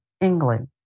England